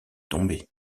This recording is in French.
tombé